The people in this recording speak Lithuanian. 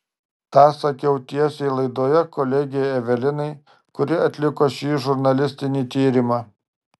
tą sakiau tiesiai laidoje kolegei evelinai kuri atliko šį žurnalistinį tyrimą